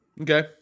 Okay